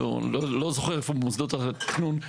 אני לא זוכר איפה מוסדות התכנון,